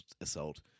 assault